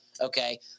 Okay